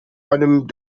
einem